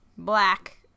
black